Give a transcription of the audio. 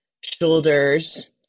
shoulders